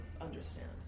understand